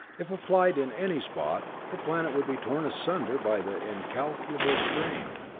if applied in any spot, the planet would be torn asunder by the incalculable strain.